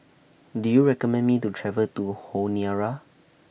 Do YOU recommend Me to travel to Honiara